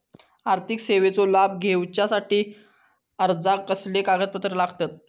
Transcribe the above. आर्थिक सेवेचो लाभ घेवच्यासाठी अर्जाक कसले कागदपत्र लागतत?